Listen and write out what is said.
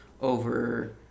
over